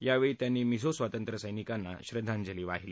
यावेळी त्यांनी मिझो स्वातंत्र्यसैनिकांना श्रद्धांजली वाहिली